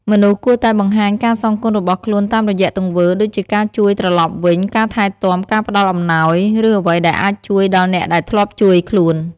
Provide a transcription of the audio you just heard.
មនុស្សគួរតែបង្ហាញការសងគុណរបស់ខ្លួនតាមរយៈទង្វើ ដូចជាការជួយត្រឡប់វិញ ការថែទាំ ការផ្តល់អំណោយ ឬអ្វីដែលអាចជួយដល់អ្នកដែលធ្លាប់ជួយខ្លួន។